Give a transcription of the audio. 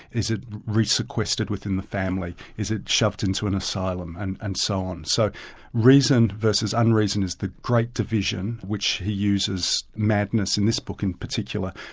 is it re-sequestered within the family? is it shoved into an asylum? and and so on. so reason versus unreason is the great division in which he uses madness in this book in particular,